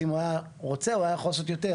ואם הוא היה רוצה הוא היה יכול לעשות יותר,